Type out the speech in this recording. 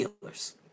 dealers